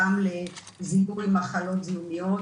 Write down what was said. גם לזיהוי מחלות זיהומיות,